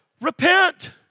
repent